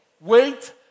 wait